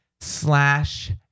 slash